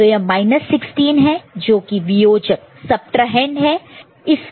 तो यह 16 है जोकि वीयोजक सबट्राहैंड subtrahend है